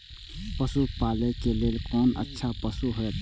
पशु पालै के लेल कोन अच्छा पशु होयत?